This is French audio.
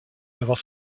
avant